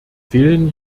fehlen